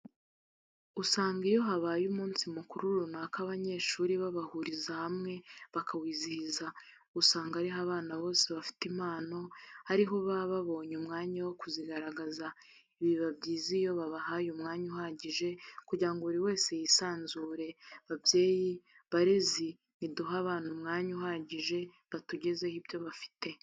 Usanga iyo habaye umunsi mukuru runaka abanyeshuri babahuriza hamwe bakawizihiza, usanga ariho abana bose bafite impano ariho baba babonye umwanya wo kuzigaragaza, ibi biba byiza iyo babahaye umwanya uhagije kugira ngo buri wese yisanzure, babyeyi, barezi ni duhe abana umwanya uhagije batugezeho ibyo bafite.